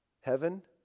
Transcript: heaven